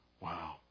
wow